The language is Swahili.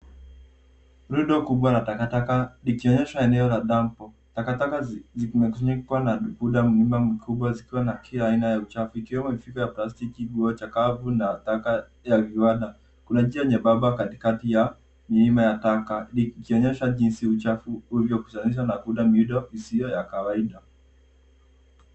Rundo kubwa la takataka likionyesha eneo la dampo. Takataka zimefinyikwa na uda mlima mkubwa zikiwa na kila aina ya uchafu ikiwemo mifuko ya plastiki, nguo chakavu na taka ya viwanda. Kuna njia nyembamba katikati ya milima ya taka likionyesha jinsi uchafu uliokusanyika na kuunda miundo isiyo ya kawaida.